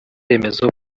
remezo